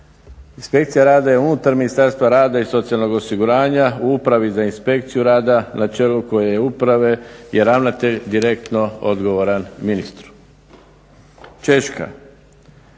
inspekcija rada je unutar Ministarstva rada i socijalnog osiguranja u Upravi za inspekciju rada na čelu uprave je ravnatelj direktno odgovoran ministru. Češka,